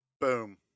Boom